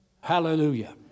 Hallelujah